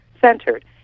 centered